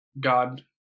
God